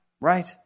right